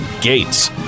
Gates